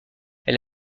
elle